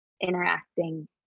interacting